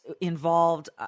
involved